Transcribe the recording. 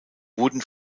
wurden